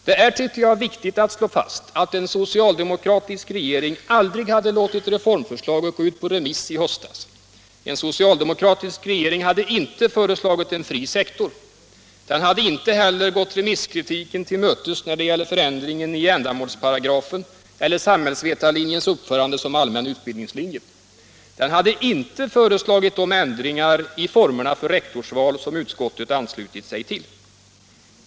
Det är viktigt att slå fast att en socialdemokratisk regering aldrig hade låtit reformförslaget gå ut på remiss i höstas. En socialdemokratisk regering hade inte föreslagit en fri sektor. Den hade inte heller gått remisskritiken till mötes när det gäller förändringar i ändamålsparagrafen eller samhällsvetarlinjens uppförande som allmän utbildningslinje. Den hade inte föreslagit de ändringar i formerna för rektorsval som utskottet anslutit sig till.